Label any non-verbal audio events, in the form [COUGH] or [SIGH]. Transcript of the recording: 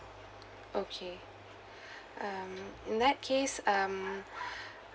okay [BREATH] um in that case um [BREATH]